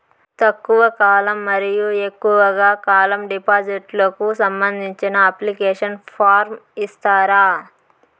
తక్కువ కాలం మరియు ఎక్కువగా కాలం డిపాజిట్లు కు సంబంధించిన అప్లికేషన్ ఫార్మ్ ఇస్తారా?